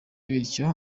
bityo